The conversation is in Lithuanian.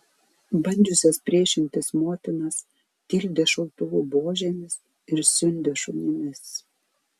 bandžiusias priešintis motinas tildė šautuvų buožėmis ir siundė šunimis